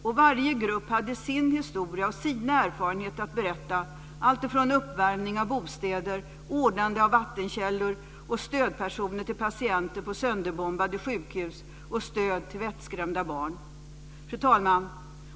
Och varje grupp hade sin historia och sina erfarenheter att berätta, alltifrån uppvärmning av bostäder, ordnande av vattenkällor och stödpersoner till patienter på sönderbombade sjukhus och stöd till vettskrämda barn. Fru talman!